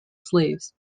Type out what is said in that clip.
slaves